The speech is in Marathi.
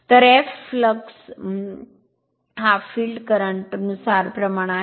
तर f लक्स हा फील्ड करंट नुसार प्रमाण आहे